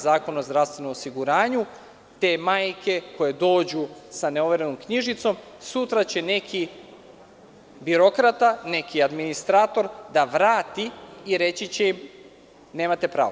Zakona o zdravstvenom osiguranju, te majke koje dođu sa neoverenom knjižicom sutra će neki birokrata, neki administrator da vrati i reći će im – nemate pravo.